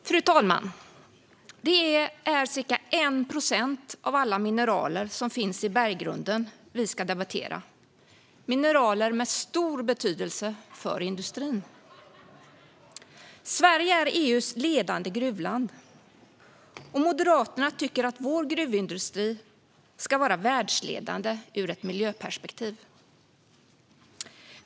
Fru talman! Av alla mineraler som finns i berggrunden är det ca 1 procent som vi ska debattera. Det är mineraler med stor betydelse för industrin. Sverige är EU:s ledande gruvland, och Moderaterna tycker att vår gruvindustri ska vara världsledande ur ett miljöperspektiv.